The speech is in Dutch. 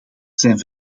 zijn